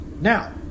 Now